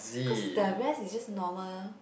cause the rest is just normal